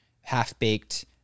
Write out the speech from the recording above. half-baked